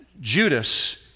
judas